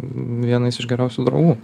vienais iš geriausių draugų